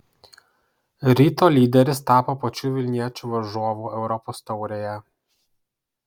ryto lyderis tapo pačių vilniečių varžovu europos taurėje